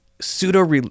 Pseudo